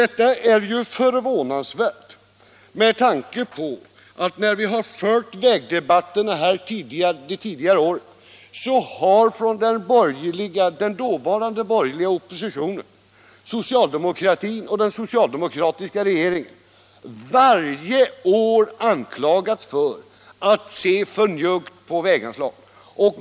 Detta är ju förvånansvärt med tanke på att när vi under tidigare år har fört vägdebatterna här har den dåvarande borgerliga oppositionen varje år anklagat socialdemokratin och den socialdemokratiska regeringen för att vara alltför njugga med väganslagen.